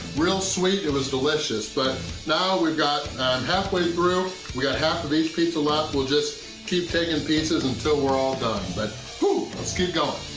real sweet, it was delicious, but now, we've got half way through. we got half of each pizza left. we'll just keep taking and pieces until we're all done, but let's keep going.